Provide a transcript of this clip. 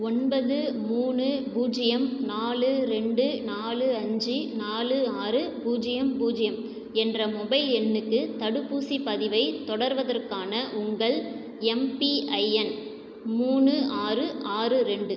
ஒன்பது மூணு பூஜ்ஜியம் நாலு ரெண்டு நாலு அஞ்சு நாலு ஆறு பூஜ்ஜியம் பூஜ்ஜியம் என்ற மொபைல் எண்ணுக்கு தடுப்பூசிப் பதிவைத் தொடர்வதற்கான உங்கள் எம்பிஐஎன் மூணு ஆறு ஆறு ரெண்டு